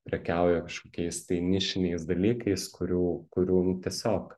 prekiauja kažkokiais tai nišiniais dalykais kurių kurių tiesiog